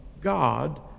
God